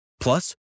Plus